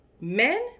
Men